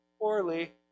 poorly